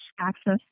access